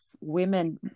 women